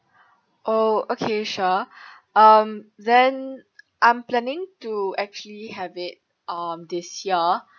oh okay sure um then I'm planning to actually have it um this year